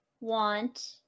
want